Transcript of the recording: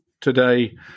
today